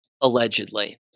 allegedly